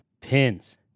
pins